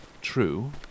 True